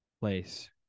place